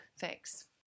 thanks